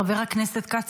חבר הכנסת כץ,